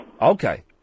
Okay